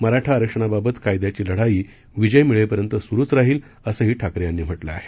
मराठा आरक्षणाबाबत कायद्याची लढाई विजय मिळेपर्यंत सुरुच राहील असंही ठाकरे यांनी म्हटलं आहे